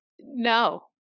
No